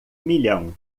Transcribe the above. milhão